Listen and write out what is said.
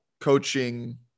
coaching